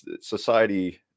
society